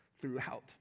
throughout